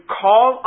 call